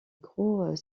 gros